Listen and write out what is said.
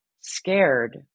scared